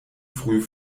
früh